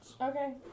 Okay